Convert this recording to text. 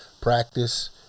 practice